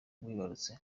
bibarutse